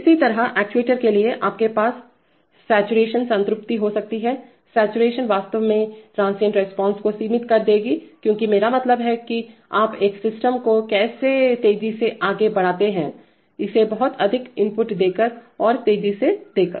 इसी तरह एक्ट्यूएटर्स के लिएआपके पास सातूराशनसंतृप्ति हो सकती है सातूराशनसंतृप्ति वास्तव में ट्रांसिएंट रिस्पांस को सीमित कर देगी क्योंकि मेरा मतलब है कि आप एक सिस्टम को कैसे तेजी से आगे बढ़ाते हैं इसे बहुत अधिक इनपुट देकर और तेजी से देकर